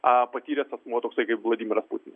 a patyręs asmuo toksai kaip vladimiras putinas